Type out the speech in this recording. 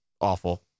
awful